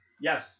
Yes